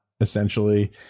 essentially